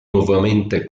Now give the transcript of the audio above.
nuovamente